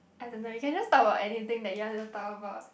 I don't know you can just talk about anything that you want to talk about